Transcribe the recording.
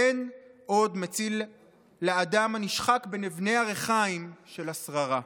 אין עוד מציל לאדם הנשחק בין אבני הריחיים של השררה.